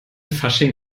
fasching